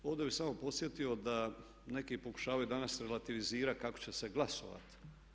Ovdje bih samo podsjetio da neki pokušavaju danas relativizirati kako će se glasovati.